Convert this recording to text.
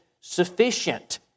sufficient